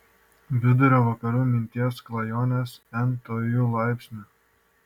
vidurio vakarų minties klajonės n tuoju laipsniu